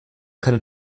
keine